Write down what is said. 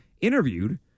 interviewed